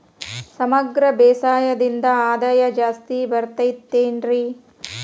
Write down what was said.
ಸಮಗ್ರ ಬೇಸಾಯದಿಂದ ಆದಾಯ ಜಾಸ್ತಿ ಬರತೈತೇನ್ರಿ?